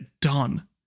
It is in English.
done